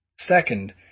Second